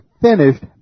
finished